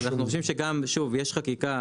אבל אנחנו חושבים שוב יש חקיקה,